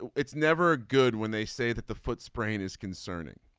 it's never good when they say that the foot sprain is concerning.